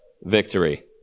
victory